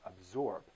absorb